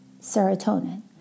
serotonin